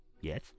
Yes